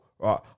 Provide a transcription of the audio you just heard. Right